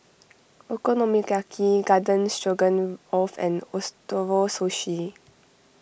Okonomiyaki Garden Stroganoff and Ootoro Sushi